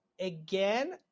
again